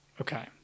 Okay